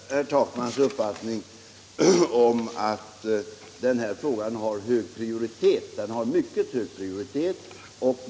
Herr talman! Jag delar herr Takmans uppfattning att den här frågan bör ha hög prioritet. Den har mycket hög prioritet.